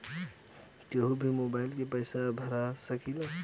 कन्हू भी मोबाइल के पैसा भरा सकीला?